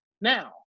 now